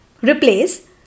Replace